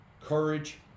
courage